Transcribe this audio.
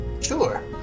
sure